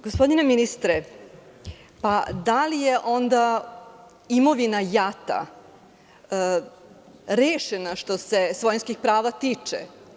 Gospodine ministre, da li je onda imovina JAT-a rešena što se svojinskih prava tiče?